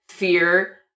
Fear